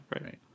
Right